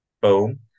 Boom